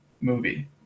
movie